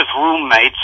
roommates